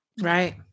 Right